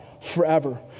forever